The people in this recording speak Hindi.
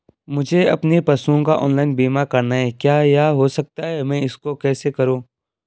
मुझे अपने पशुओं का ऑनलाइन बीमा करना है क्या यह हो सकता है मैं इसको कैसे करूँ?